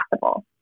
possible